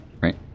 right